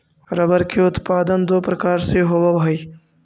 rubber के उत्पादन दो प्रकार से होवऽ हई